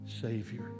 savior